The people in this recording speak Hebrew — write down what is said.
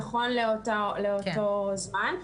נכון לאותו זמן,